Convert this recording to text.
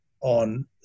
on